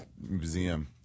museum